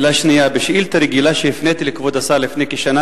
שאלה שנייה: בתשובה על שאילתא רגילה שהפניתי לכבוד השר לפני כשנה,